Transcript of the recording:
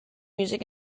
music